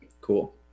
cool